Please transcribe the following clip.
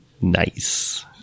Nice